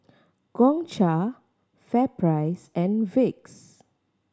Gongcha FairPrice and Vicks